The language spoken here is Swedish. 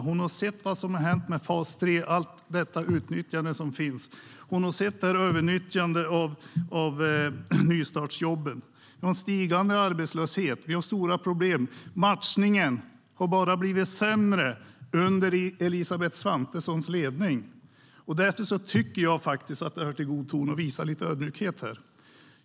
Hon har sett vad som hänt med fas 3, allt detta utnyttjande som finns. Hon har sett överutnyttjandet av nystartsjobben. Vi har en stigande arbetslöshet och stora problem. Matchningen har bara blivit sämre under Elisabeth Svantessons ledning, och därför tycker jag faktiskt att det hör till god ton att visa lite ödmjukhet här.